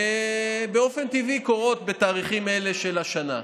שבאופן טבעי קורות בתאריכים אלה של השנה.